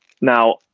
Now